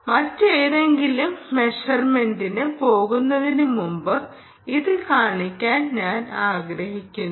മറ്റേതെങ്കിലും മെഷർമെന്റിന് പോകുന്നതിനുമുമ്പ് ഇത് കാണിക്കാൻ ഞാൻ ആഗ്രഹിക്കുന്നു